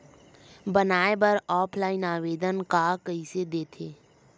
बनाये बर ऑफलाइन आवेदन का कइसे दे थे?